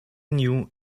new